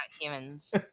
humans